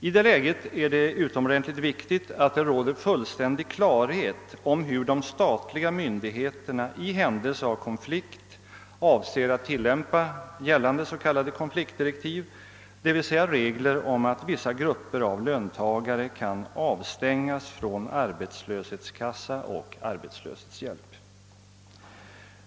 I detta läge är det utomordentligt viktigt att det råder fullständig klarhet om hur de statliga myndigheterna i händelse av konflikt avser att tillämpa gällande s.k. konfliktdirektiv, d.v.s. regler om att vissa grupper av löntagare kan avstängas från arbetslöshetskassa och arbetslöshetshjälp.